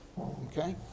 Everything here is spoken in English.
Okay